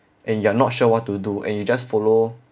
and you're not sure what to do and you just follow